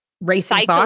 racing